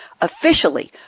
officially